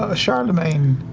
ah charlemagne,